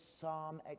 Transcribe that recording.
psalm